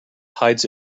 hides